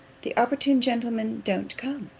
the opportune gentleman don't come!